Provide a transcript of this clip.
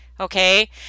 Okay